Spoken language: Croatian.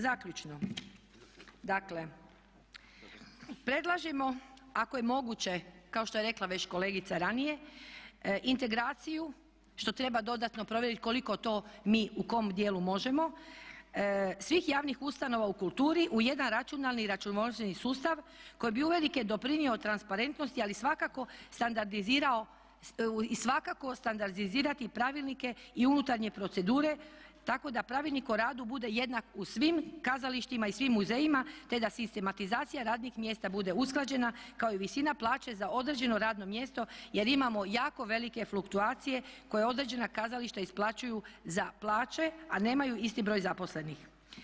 Zaključno, dakle, predlažemo ako je moguće kao što je rekla već kolegica ranije integraciju što treba dodatno provjeriti koliko to mi u kojem dijelu možemo svih javnih ustanova u kulturi u jedan računalni i računovodstveni sustav koji bi uvelike doprinio transparentnosti ali i svakako standardizirati i pravilnike i unutarnje procedure tako da pravilnik o radu bude jednak u svim kazalištima i svim muzejima te da sistematizacija radnih mjesta bude usklađena kao i visina plaće za određeno radno mjesto jer imamo jako velike fluktuacije koje određena kazališta isplaćuju za plaće a nemaju isti broj zaposlenih.